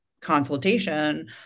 consultation